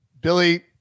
Billy